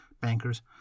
bankers